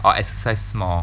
or exercise more